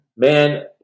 Man